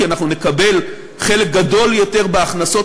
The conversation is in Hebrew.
כי אנחנו נקבל חלק גדול יותר בהכנסות